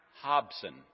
Hobson